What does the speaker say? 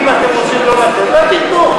אם אתם רוצים לא לתת, אל תיתנו.